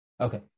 Okay